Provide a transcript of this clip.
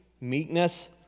meekness